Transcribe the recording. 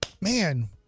man